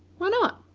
why not?